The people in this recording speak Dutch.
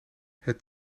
het